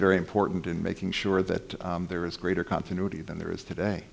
very important in making sure that there is greater continuity than there is today